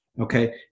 Okay